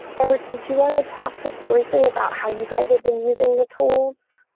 ever. did you want to talk just briefly about how you guys have been using the tools.